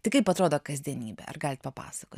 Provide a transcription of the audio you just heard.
tai kaip atrodo kasdienybė ar galit papasakoti